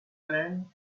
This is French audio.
allen